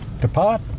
depart